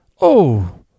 Oh